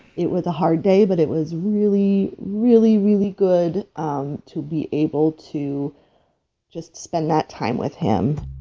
it was a hard day, but it was really, really, really good um to be able to just spend that time with him.